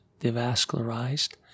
devascularized